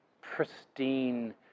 pristine